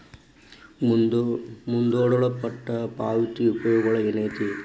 ಮುಂದೂಡಲ್ಪಟ್ಟ ಪಾವತಿಯ ಉಪಯೋಗ ಏನೈತಿ